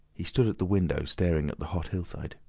he stood at the window staring at the hot hillside.